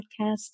podcast